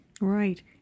Right